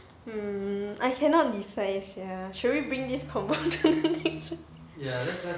hmm I cannot decide eh sia should we bring this convo to the next